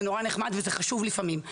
זה נורא נחמד וזה חשוב לפעמים,